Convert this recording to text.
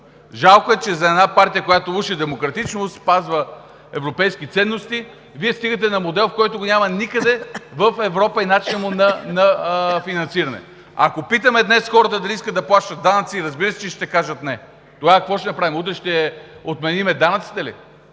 Жалко е, че една партия, която уж е демократична и спазва европейските ценности, Вие стигате до модел, който го няма никъде като начин на финансиране. Ако питаме днес хората дали искат да плащат данъци, разбира се, че ще кажат: „Не“. Тогава какво ще направим? Утре ще отменим данъците ли?